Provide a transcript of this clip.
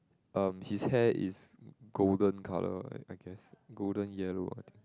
um his hair is golden colour I I guess golden yellow I think